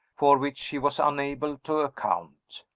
for which he was unable to account.